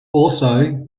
also